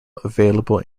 available